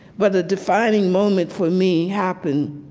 but a defining moment for me happened